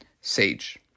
sage